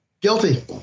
Guilty